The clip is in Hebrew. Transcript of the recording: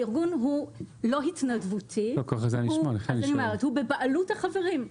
הארגון הוא לא התנדבותי, הוא בבעלות החברים.